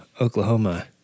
Oklahoma